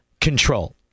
control